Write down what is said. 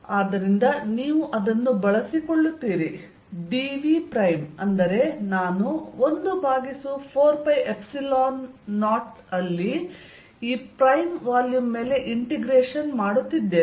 ಆದ್ದರಿಂದ ನೀವು ಅದನ್ನು ಬಳಸಿಕೊಳ್ಳುತ್ತೀರಿ dv ಪ್ರೈಮ್ ಅಂದರೆ ನಾನು 14π0 ರಲ್ಲಿ ಈ ಪ್ರೈಮ್ ವಾಲ್ಯೂಮ್ ಮೇಲೆ ಇಂಟಿಗ್ರೇಷನ್ ಮಾಡುತ್ತಿದ್ದೇನೆ